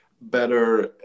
better